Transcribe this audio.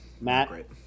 Matt